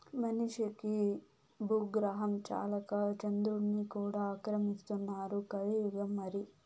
మనిషికి బూగ్రహం చాలక చంద్రుడ్ని కూడా ఆక్రమిస్తున్నారు కలియుగం మరి